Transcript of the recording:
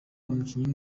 umukinnyi